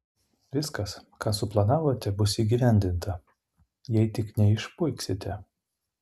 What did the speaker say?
viskas ką suplanavote bus įgyvendinta jei tik neišpuiksite